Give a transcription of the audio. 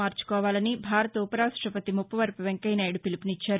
మార్చుకోవాలని భారత ఉవ రాష్టవతి మువ్పవరపు వెంకయ్యనాయుడు వీలువునిచ్సారు